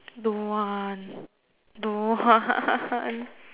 don't want don't want